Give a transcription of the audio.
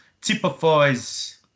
typifies